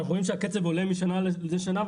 אנחנו רואים שהקצב עולה משנה לשנה,